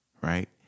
right